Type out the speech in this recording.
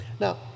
Now